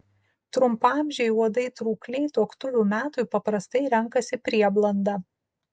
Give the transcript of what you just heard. trumpaamžiai uodai trūkliai tuoktuvių metui paprastai renkasi prieblandą